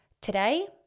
Today